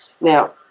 Now